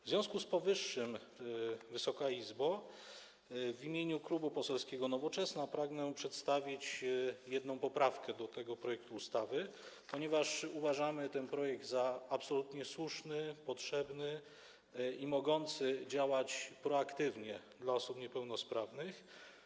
W związku z powyższym, Wysoka Izbo, w imieniu Klubu Poselskiego Nowoczesna pragnę przedstawić jedną poprawkę do tego projektu ustawy, ponieważ uważamy ten projekt za absolutnie słuszny, potrzebny i mogący działać proaktywnie w przypadku osób niepełnosprawnych.